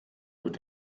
wird